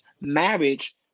marriage